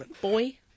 Boy